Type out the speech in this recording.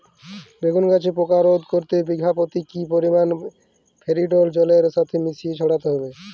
বেগুন গাছে পোকা রোধ করতে বিঘা পতি কি পরিমাণে ফেরিডোল জলের সাথে মিশিয়ে ছড়াতে হবে?